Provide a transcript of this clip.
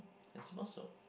I suppose so